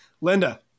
Linda